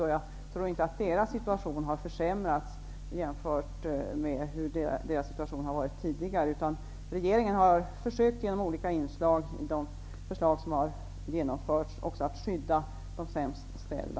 Jag tror inte att deras situation försämrats jämfört med hur den har varit tidigare. Regeringen har genom olika inslag i de förslag som har genomförts försökt att skydda de sämst ställda.